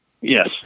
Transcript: Yes